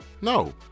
no